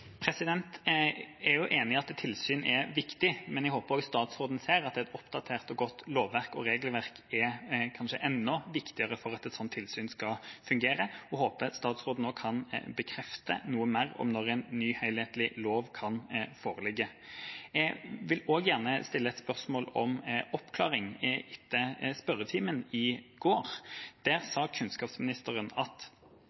Jeg er jo enig i at et tilsyn er viktig, men jeg håper også statsråden ser at et oppdatert og godt lovverk og regelverk kanskje er enda viktigere for at et sånt tilsyn skal fungere, og håper statsråden kan bekrefte når en ny helhetlig lov kan foreligge. Jeg vil også gjerne stille et spørsmål om en oppklaring etter spørretimen i går. Der